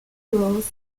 cross